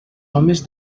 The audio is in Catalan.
homes